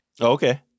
Okay